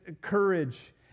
courage